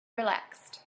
relaxed